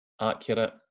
accurate